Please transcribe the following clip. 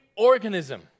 organism